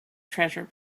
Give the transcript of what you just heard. treasure